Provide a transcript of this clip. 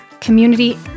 community